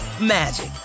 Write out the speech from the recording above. magic